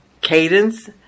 cadence